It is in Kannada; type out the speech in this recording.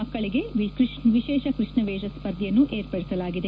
ಮಕ್ಕಳಿಗೆ ವಿಶೇಷ ಕೃಷ್ಣ ವೇಷ ಸ್ಪರ್ಧೆಯನ್ನು ಏರ್ಪಡಿಸಲಾಗಿದೆ